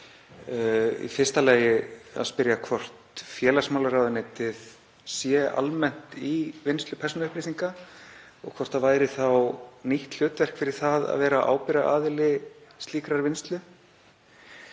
Í fyrsta lagi vil ég spyrja hvort félagsmálaráðuneytið komi almennt að vinnslu persónuupplýsinga og hvort það sé þá nýtt hlutverk fyrir það að vera ábyrgðaraðili slíkrar vinnslu.